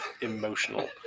Emotional